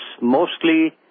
mostly